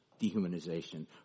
dehumanization